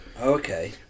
Okay